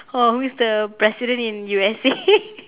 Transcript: or who is the president in U_S_A